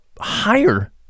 higher